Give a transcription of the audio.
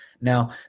Now